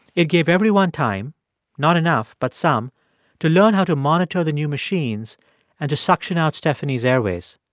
it gave everyone time not enough, but some to learn how to monitor the new machines and to suction out stephanie's airways.